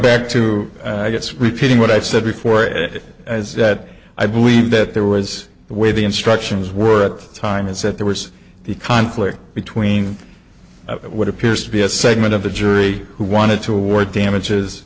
back to i guess repeating what i said before it is that i believe that there was the way the instructions worth the time is that there was the conflict between what appears to be a segment of the jury who wanted to award damages